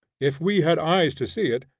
if we had eyes to see it,